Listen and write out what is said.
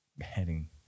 heading